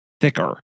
thicker